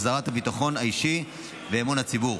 החזרת הביטחון האישי ואמון הציבור.